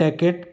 Tackett